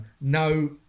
No